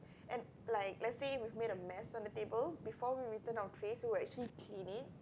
and like let's say we've made a mess on the table before we return our trays we'll actually clean it